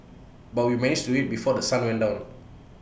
but we managed to do IT before The Sun went down